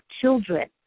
children